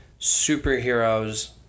superheroes